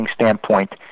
standpoint